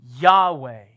Yahweh